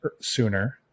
sooner